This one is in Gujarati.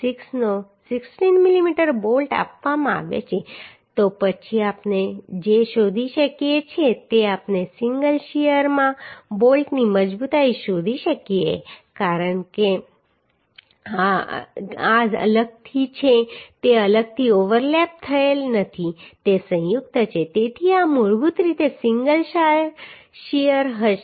6 નો 16 મીમી બોલ્ટ આપવામાં આવ્યો છે તો પછી આપણે જે શોધી શકીએ છીએ તે આપણે સિંગલ શીયરમાં બોલ્ટની મજબૂતાઈ શોધી શકીએ છીએ કારણ કે આ અલગથી છે તે અલગથી ઓવરલેપ થયેલ નથી તે સંયુક્ત છે તેથી આ મૂળભૂત રીતે સિંગલ શીયર હશે